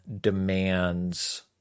demands